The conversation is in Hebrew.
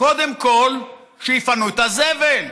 קודם כול, שיפנו את הזבל.